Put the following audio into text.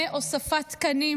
בהוספת תקנים